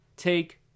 take